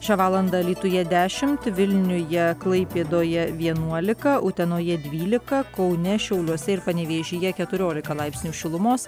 šią valandą alytuje dešimt vilniuje klaipėdoje vienuolika utenoje dvylika kaune šiauliuose ir panevėžyje keturiolika laipsnių šilumos